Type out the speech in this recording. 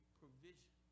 provision